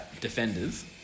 defenders